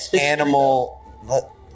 animal